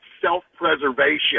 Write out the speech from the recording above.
self-preservation